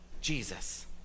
Jesus